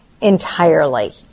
entirely